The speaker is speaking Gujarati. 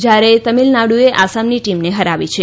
જ્યારે તમિલનાડુએ આસામની ટીમને હરાવી છે